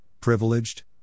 Privileged